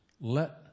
let